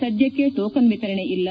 ಸದ್ಯಕ್ಕೆ ಟೋಕನ್ ವಿತರಣೆ ಇಲ್ಲ